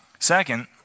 Second